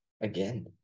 Again